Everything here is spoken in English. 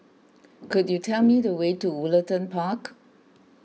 could you tell me the way to Woollerton Park